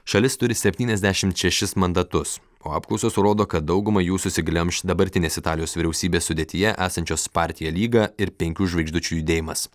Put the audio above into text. šalis turi septyniasdešimt šešis mandatus o apklausos rodo kad dauguma jų susiglemš dabartinės italijos vyriausybės sudėtyje esančios partija lyga ir penkių žvaigždučių judėjimas